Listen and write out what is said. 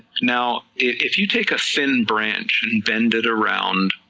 now if you take a thin branch and bend it around,